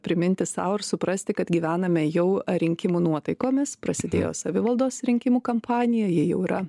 priminti sau ir suprasti kad gyvename jau rinkimų nuotaikomis prasidėjo savivaldos rinkimų kampanija ji jau yra